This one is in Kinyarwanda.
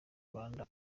rwanda